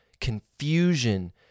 confusion